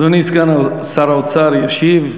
אדוני סגן שר האוצר ישיב,